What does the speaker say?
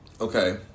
Okay